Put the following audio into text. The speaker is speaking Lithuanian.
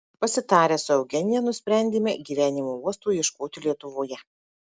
pasitarę su eugenija nusprendėme gyvenimo uosto ieškoti lietuvoje